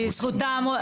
בזכותם .